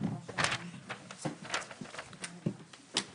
10:41.